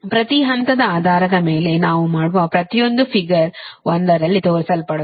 ಪ್ರತಿ ಹಂತದ ಆಧಾರದ ಮೇಲೆ ನಾವು ಮಾಡುವ ಪ್ರತಿಯೊಂದೂ ಫಿಗರ್ 1 ರಲ್ಲಿ ತೋರಿಸಲ್ಪಡುತ್ತದೆ